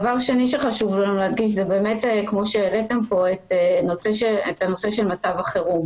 שנית, חשוב לנו לדבר על נושא מצב החירום.